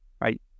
right